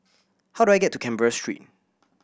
how do I get to Canberra Street